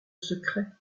secrets